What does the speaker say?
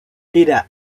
tidak